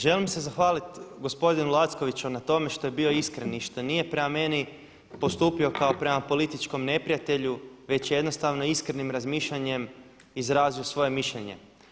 Želim se zahvaliti gospodinu Lackoviću na tome što je bio iskren i što nije prema meni postupio kao prema političkom neprijatelju već je jednostavno iskrenim razmišljanjem izrazio svoje mišljenje.